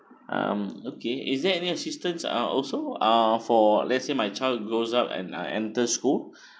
um okay is there any assistance are also are for let's say my child grows up and uh enter school